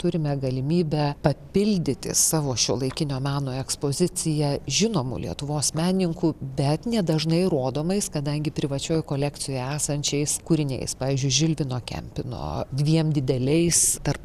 turime galimybę papildyti savo šiuolaikinio meno ekspoziciją žinomų lietuvos menininkų bet nedažnai rodomais kadangi privačioj kolekcijoj esančiais kūriniais pavyzdžiui žilvino kempino dviem dideliais tarp